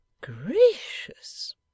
Gracious